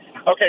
okay